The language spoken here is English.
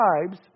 tribes